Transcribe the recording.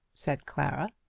said clara.